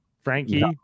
Frankie